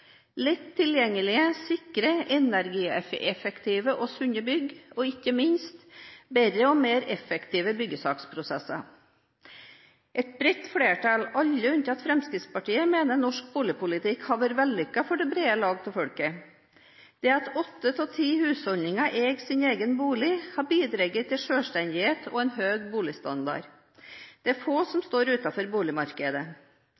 lett tilgjengelige, sikre, energieffektive og sunne bygg og ikke minst bedre og mer effektive byggesaksprosesser. Et bredt flertall, alle unntatt Fremskrittspartiet, mener norsk boligpolitikk har vært vellykket for det brede lag av folket. Det at åtte av ti husholdninger eier sin egen bolig, har bidratt til selvstendighet og en høy boligstandard. Det er få